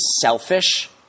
selfish